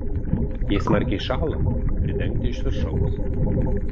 jei smarkiai šąla pridengti iš viršaus